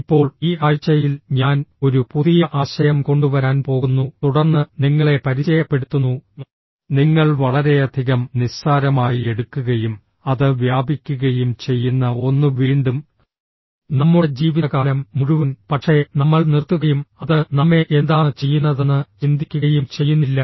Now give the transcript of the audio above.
ഇപ്പോൾ ഈ ആഴ്ചയിൽ ഞാൻ ഒരു പുതിയ ആശയം കൊണ്ടുവരാൻ പോകുന്നു തുടർന്ന് നിങ്ങളെ പരിചയപ്പെടുത്തുന്നു നിങ്ങൾ വളരെയധികം നിസ്സാരമായി എടുക്കുകയും അത് വ്യാപിക്കുകയും ചെയ്യുന്ന ഒന്ന് വീണ്ടും നമ്മുടെ ജീവിതകാലം മുഴുവൻ പക്ഷേ നമ്മൾ നിർത്തുകയും അത് നമ്മെ എന്താണ് ചെയ്യുന്നതെന്ന് ചിന്തിക്കുകയും ചെയ്യുന്നില്ല